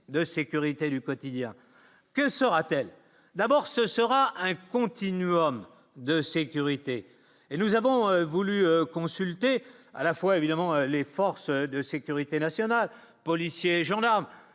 de sécurité du quotidien que sera-t-elle d'abord, ce sera un continuum de sécurité et nous avons voulu consulter à la fois, évidemment, les forces de sécurité nationale, policiers et gendarmes,